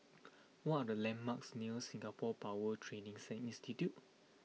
what are the landmarks near Singapore Power Training sing Institute